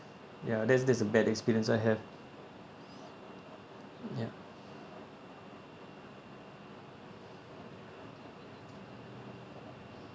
ya that's that's a bad experience I have ya